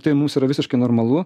tai mūs yra visiškai normalu